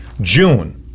June